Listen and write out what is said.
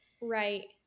Right